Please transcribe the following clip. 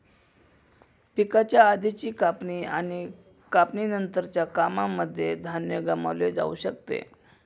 पिकाच्या आधीची कापणी आणि कापणी नंतरच्या कामांनमध्ये धान्य गमावलं जाऊ शकत